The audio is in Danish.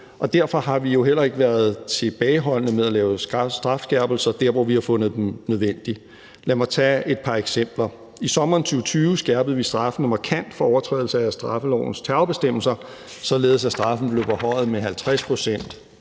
derfor har vi jo heller ikke været tilbageholdende med at lave strafskærpelser der, hvor vi har fundet dem nødvendige. Lad mig tage et par eksempler. I sommeren 2020 skærpede vi straffen markant for overtrædelser af straffelovens terrorbestemmelser, således at straffen blev forhøjet med 50 pct.